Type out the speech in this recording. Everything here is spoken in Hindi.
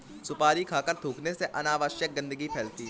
सुपारी खाकर थूखने से अनावश्यक गंदगी फैलती है